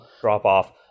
drop-off